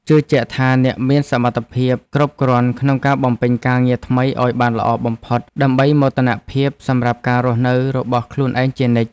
ជឿជាក់ថាអ្នកមានសមត្ថភាពគ្រប់គ្រាន់ក្នុងការបំពេញការងារថ្មីឱ្យបានល្អបំផុតដើម្បីមោទនភាពសម្រាប់ការរស់នៅរបស់ខ្លួនឯងជានិច្ច។